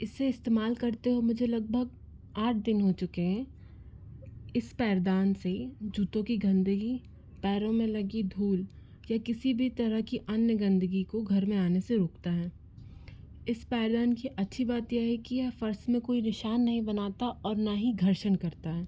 इसे इस्तेमाल करते हुऐ मुझे लगभग आठ दिन हो चुके हैं इस पैरदान से जूतों की गंदगी पैरों में लगी धूल या किसी भी तरह की अन्य गंदगी को घर में आने से रोकता है इस पैरदान की अच्छी बात यह है की यह फ़र्स में कोई निशान नहीं बनाता और ना ही घर्षण करता